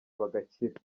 bagakira